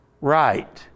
right